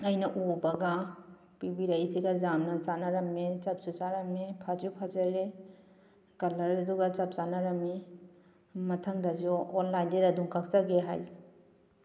ꯑꯩꯅ ꯎꯔꯨꯕꯒ ꯄꯤꯕꯤꯔꯛꯏꯁꯤꯒ ꯌꯥꯝꯅ ꯆꯥꯟꯅꯔꯝꯃꯦ ꯆꯞꯁꯨ ꯆꯥꯔꯝꯃꯦ ꯐꯁꯨ ꯐꯖꯔꯦ ꯀꯂꯔꯗꯨꯒ ꯆꯞ ꯆꯥꯟꯅꯔꯝꯃꯤ ꯃꯊꯪꯗꯁꯨ ꯑꯣꯟꯂꯥꯏꯟꯗꯩ ꯑꯗꯨꯝ ꯀꯛꯆꯒꯦ